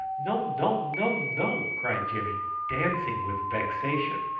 no, no, no, no! cried jimmy, dancing with vexation.